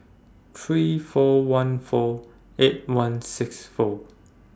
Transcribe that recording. three four one four eight one six four